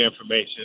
information